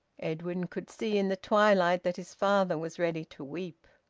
edwin could see in the twilight that his father was ready to weep.